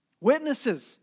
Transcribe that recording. Witnesses